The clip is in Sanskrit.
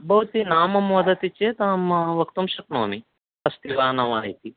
भवती नामं वदति चेद् अहं वक्तुं शक्नोमि अस्ति वा न वा इति